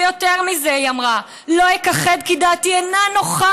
ויותר מזה היא אמרה: "לא אכחד כי דעתי אינה נוחה